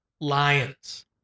Lions